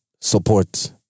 support